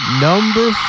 Number